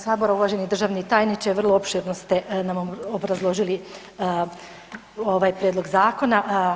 Uvaženi državni tajniče, vrlo opširno ste nam obrazložili ovaj prijedlog zakona.